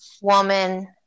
woman